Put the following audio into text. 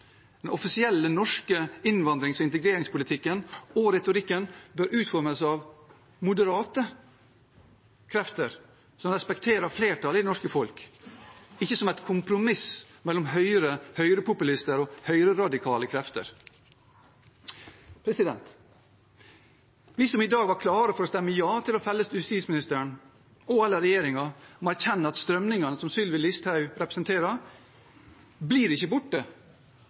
Den offisielle norske innvandrings- og integreringspolitikken og retorikken bør utformes av moderate krefter som respekterer flertallet i det norske folk, ikke som et kompromiss mellom Høyre, høyrepopulister og høyreradikale krefter. Vi som i dag var klare for å stemme ja til å felle justisministeren og/eller regjeringen, må erkjenne at strømningene som Sylvi Listhaug representerer, ikke blir borte